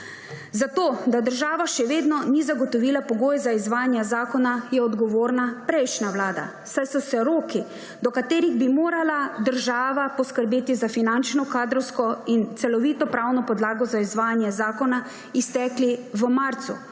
zakona. Da država še vedno ni zagotovila pogojev za izvajanje zakona, je odgovorna prejšnja vlada, saj so se roki, do katerih bi morala država poskrbeti za finančno, kadrovsko in celovito pravno podlago za izvajanje zakona, iztekli v marcu,